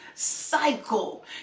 cycle